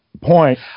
point